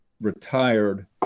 retired